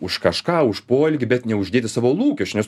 už kažką už poelgį bet neuždėti savo lūkesčių nes